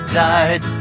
died